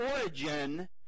origin